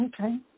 okay